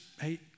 hey